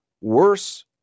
worse